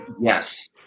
Yes